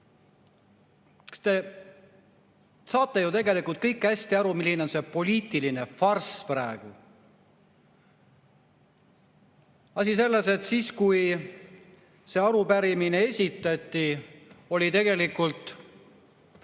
saate ju tegelikult kõik hästi aru, milline poliitiline farss see praegu on. Asi on selles, et siis, kui see arupärimine esitati, oli tegelikult